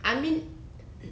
I mean